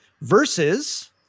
versus